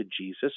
Jesus